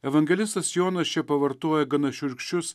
evangelistas jonas čia pavartoja gana šiurkščius